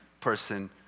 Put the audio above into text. person